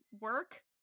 work